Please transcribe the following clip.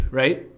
right